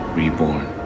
reborn